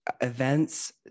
events